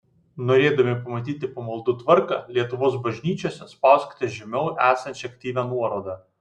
norėdami pamatyti pamaldų tvarką lietuvos bažnyčiose spauskite žemiau esančią aktyvią nuorodą